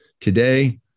Today